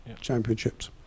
championships